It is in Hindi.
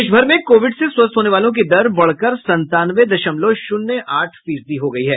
देश भर में कोविड से स्वस्थ होने वालों की दर बढ़कर संतानवे दशमलव शुन्य आठ फीसदी हो गयी है